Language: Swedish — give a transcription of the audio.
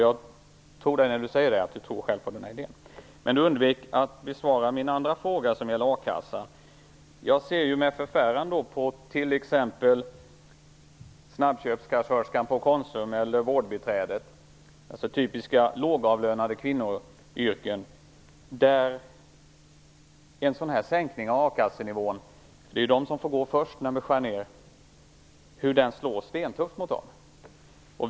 Jag tror det när hon säger det, att hon själv tror på den här idén. Men Anita Johansson undvek att svara på min andra fråga som gällde a-kassan. Snabbköpskassörskan på Konsum och vårdbiträdet har typiska lågavlönade kvinnoyrken, och det är de som får gå först när vi skär ner. Jag ser med förfäran på hur stentufft en sänkning av a-kassenivån slår mot dem.